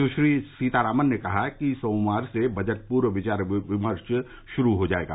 सुश्री सीतारामन ने कहा कि सोमवार से बजट पूर्व विचार विमर्श शुरू हो जाएगा